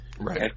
Right